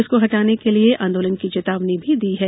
इसको हटाने के लिये आंदोलन की चेतावनी भी दी है